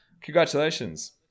Congratulations